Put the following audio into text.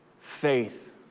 faith